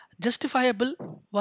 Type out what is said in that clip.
Justifiable